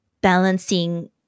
balancing